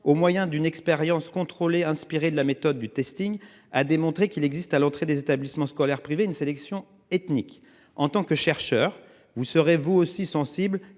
au moyen d'une expérience. Inspirer de la méthode du testing a démontrer qu'il existe à l'entrée des établissements scolaires privés une sélection ethnique en tant que chercheur, vous serez vous aussi sensible